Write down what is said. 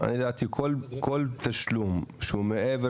כל תשלום שהוא מעבר